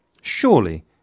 Surely